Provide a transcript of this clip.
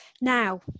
Now